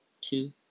two